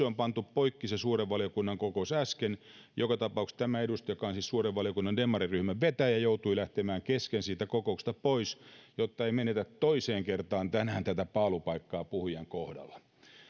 on täysistunto vaikka se suuren valiokunnan kokous olisi pantu poikki äsken joka tapauksessa tämä edustaja joka on siis suuren valiokunnan demariryhmän vetäjä joutui lähtemään kesken siitä kokouksesta pois jotta ei menetä toiseen kertaan tänään tätä paalupaikkaa puhujan kohdalla